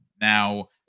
Now